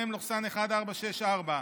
מ/1464.